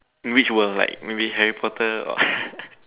in which world like maybe Harry-Potter or